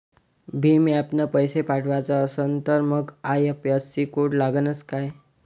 भीम ॲपनं पैसे पाठवायचा असन तर मंग आय.एफ.एस.सी कोड लागनच काय?